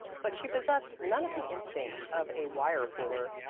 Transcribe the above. but she possessed none of the instincts of a wire-puller.